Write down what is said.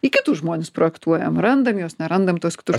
į kitus žmones projektuojam randam juos nerandam tuos kitus